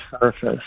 surface